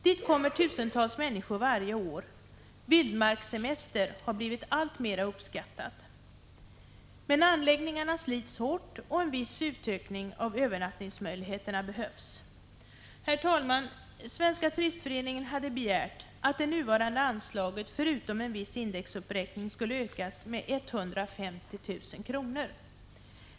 Dit kommer tusentals människor varje år. Vildmarkssemester har blivit något alltmera uppskattat. Men anläggningarna slits hårt, och en viss utökning av övernattningsmöjligheterna behövs. Herr talman! Svenska turistföreningen har begärt att det nuvarande anslaget, förutom en viss indexuppräkning, skulle ökas med 150 000 kr.